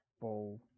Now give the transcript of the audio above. full